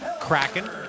Kraken